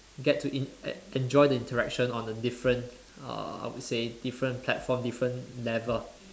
get to in enjoy the interaction on a different uh I would say different platform different level